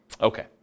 Okay